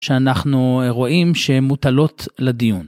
שאנחנו רואים שהן מוטלות לדיון.